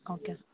okay